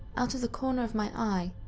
out of the corner of my eye,